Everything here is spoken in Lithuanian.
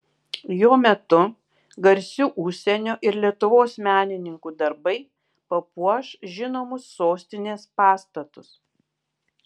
jo metu garsių užsienio ir lietuvos menininkų darbai papuoš žinomus sostinės pastatus